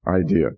idea